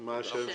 מה השם שלך?